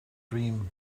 dream